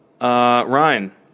Ryan